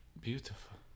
beautiful